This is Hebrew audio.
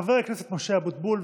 חבר הכנסת משה אבוטבול.